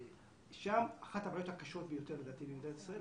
שם אחת הבעיות הקשות ביותר במדינת ישראל,